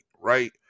Right